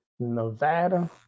Nevada